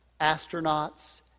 astronauts